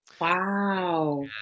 Wow